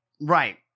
Right